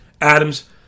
Adams